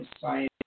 science